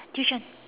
tuition